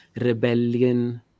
rebellion